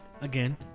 again